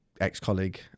ex-colleague